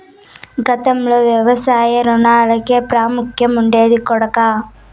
గతంలో వ్యవసాయ రుణాలకే ప్రాముఖ్యం ఉండేది కొడకా